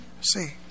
see